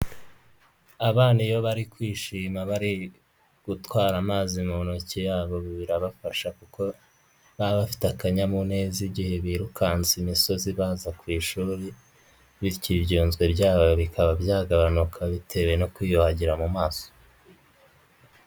Abana iyo bari kwishima bari gutwara amazi mu ntoki yabo birabafasha kuko baba bafite akanyamuneza igihe birukansa imisozi baza ku ishuri, bityo ibyunzwe byabo bikaba byagabanuka bitewe no kwiyuhagira mu maso.